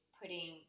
putting